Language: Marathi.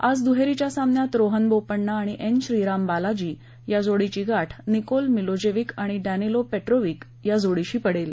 आज दुहेरीच्या सामन्यात रोहन बोपण्णा आणि एन श्रीराम बालाजी या जोडीची गाठ निकोल मिलोजेविक डनिलो पेट्रोविक या जोडीशी पडेल